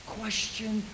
question